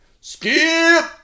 Skip